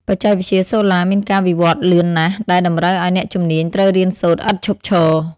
បច្ចេកវិទ្យាសូឡាមានការវិវឌ្ឍន៍លឿនណាស់ ដែលតម្រូវឱ្យអ្នកជំនាញត្រូវរៀនសូត្រឥតឈប់ឈរ។